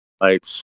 lights